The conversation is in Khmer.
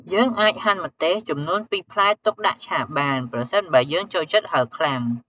យើងអាចហាន់ម្ទេសចំនួន២ផ្លែទុកដាក់ឆាបាន ប្រសិនបើយើងចូលចិត្តហឹរខ្លាំង។